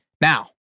Now